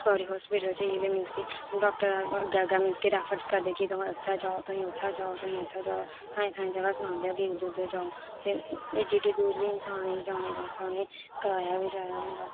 सरकारी हास्पिटल च इ'यै लेआ मींस कि डाक्टर मींस कि अग्गें अग्गें रैफर करदे कि तुस उत्थै जाओ तुस उत्थै जाओ तुसी उत्थै जाओ थाएं थाएं जगह् सनांदे कि उद्धर जाओ ते एड्डी एड्डी दूर इंसान गी जाने बास्तै उ'नेंगी कराया बी चाहिदा